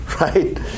right